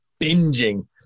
binging